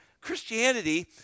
Christianity